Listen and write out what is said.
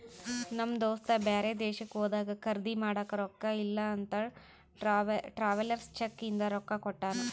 ನಮ್ ದೋಸ್ತ ಬ್ಯಾರೆ ದೇಶಕ್ಕ ಹೋದಾಗ ಖರ್ದಿ ಮಾಡಾಕ ರೊಕ್ಕಾ ಇಲ್ಲ ಅಂತ ಟ್ರಾವೆಲರ್ಸ್ ಚೆಕ್ ಇಂದ ರೊಕ್ಕಾ ಕೊಟ್ಟಾನ